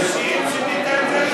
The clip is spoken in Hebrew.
היה 60, שינית את זה ל-50.